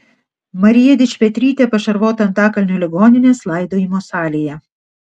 marija dičpetrytė pašarvota antakalnio ligoninės laidojimo salėje